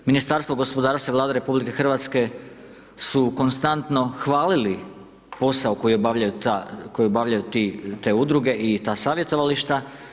Ministarstvo gospodarstva i Vlada RH su konstantno hvalili posao koji obavljaju te Udruge i ta Savjetovališta.